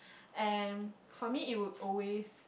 and for me it would always